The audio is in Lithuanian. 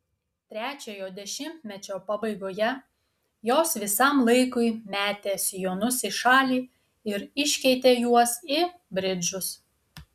trečiojo dešimtmečio pabaigoje jos visam laikui metė sijonus į šalį ir iškeitė juos į bridžus